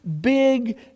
big